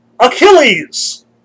Achilles